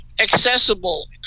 accessible